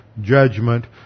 judgment